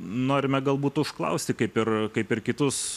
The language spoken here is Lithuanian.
norime galbūt užklausti kaip ir kaip ir kitus